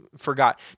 Forgot